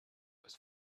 was